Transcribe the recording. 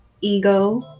ego